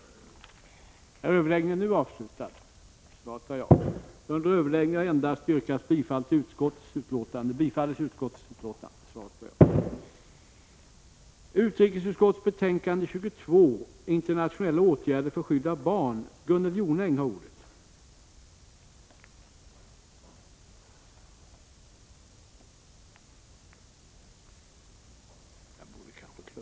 14 maj 1986